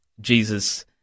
Jesus